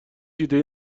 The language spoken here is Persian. ایدهای